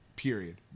Period